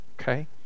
Okay